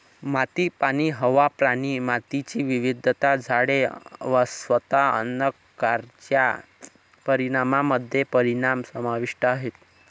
माती, पाणी, हवा, प्राणी, मातीची विविधता, झाडे, स्वतः अन्न कारच्या परिणामामध्ये परिणाम समाविष्ट आहेत